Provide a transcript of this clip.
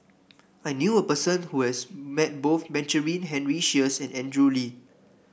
I knew a person who has met both Benjamin Henry Sheares and Andrew Lee